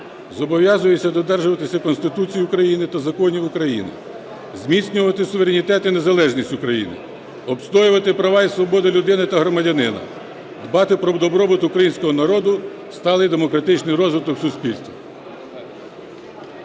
Зобов'язуюсь додержуватись Конституції України та законів України, зміцнювати суверенітет і незалежність України, обстоювати права і свободи людини та громадянина, дбати про добробут Українського народу, сталий демократичний розвиток суспільства.